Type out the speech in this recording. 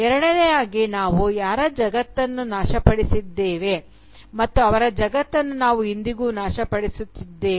ಎರಡನೆಯದಾಗಿ ನಾವು ಯಾರ ಜಗತ್ತನ್ನು ನಾಶಪಡಿಸಿದ್ದೇವೆ ಮತ್ತು ಅವರ ಜಗತ್ತನ್ನು ನಾವು ಇಂದಿಗೂ ನಾಶಪಡಿಸುತ್ತಿದ್ದೇವೆ